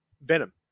Venom